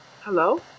Hello